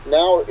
now